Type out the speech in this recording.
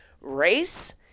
race